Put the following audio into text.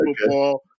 football